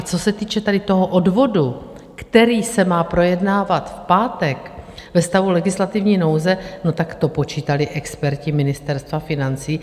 Co se týče tady toho odvodu, který se má projednávat v pátek ve stavu legislativní nouze, to počítali experti Ministerstva financí?